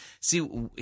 See